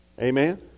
Amen